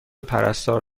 پرستار